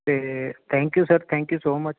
ਅਤੇ thank you sir thank you so much